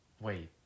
Wait